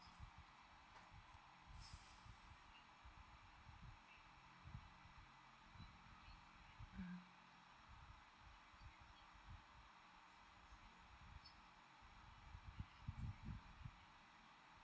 mm